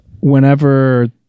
whenever